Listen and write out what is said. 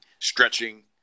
stretching